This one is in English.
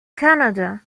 canada